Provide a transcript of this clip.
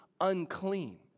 unclean